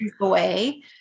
away